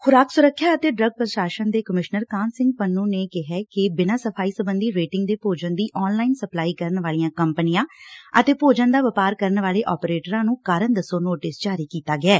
ਖੁਰਾਕ ਸੁਰੱਖਿਆ ਅਤੇ ਡਰੱਗ ਪ੍ਰਸ਼ਾਸਨ ਦੇ ਕਮਿਸ਼ਨਰ ਕਾਹਨ ਸਿੰਘ ਪੰਨੂੰ ਨੇ ਕਿਹਾ ਕਿ ਬਿਨਾਂ ਸਫ਼ਾਈ ਸਬੰਧੀ ਰੇਟਿੰਗ ਦੇ ਭੋਜਨ ਦੀ ਆਨਲਾਈਨ ਸਪਲਾਈ ਕਰਨ ਵਾਲੀਆਂ ਕੰਪਨੀਆਂ ਅਤੇ ਭੋਜਨ ਦਾ ਵਪਾਰ ਕਰਨ ਵਾਲੇ ਆਪਰੇਟਰਾਂ ਨੂੰ ਕਾਰਨ ਦੱਸੋ ਨੋਟਿਸ ਜਾਰੀ ਕੀਤੈ